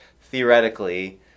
theoretically